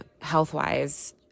health-wise